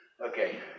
Okay